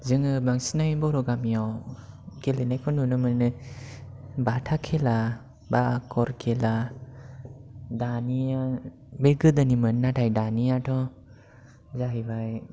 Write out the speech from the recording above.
जोङो बांसिनै बर' गामियाव गेलेनायखौ नुनो मोनो बाथा खेला बा गर खेला दानिया बे गोदोनिमोन नाथाय दानियाथ' जाहैबाय